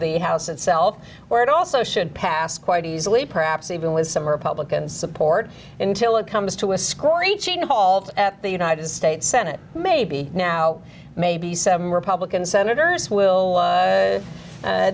the house itself where it also should pass quite easily perhaps even with some republican support until it comes to a screeching halt at the united states senate maybe now maybe seven republican senators will